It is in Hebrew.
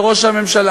על ראש הממשלה.